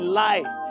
life